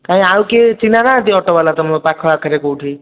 କାଇଁ ଆଉ କିଏ ଚିହ୍ନା ନାହାନ୍ତି ଅଟୋବାଲା ତୁମ ପାଖ ଆଖରେ କେଉଁଠି